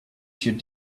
should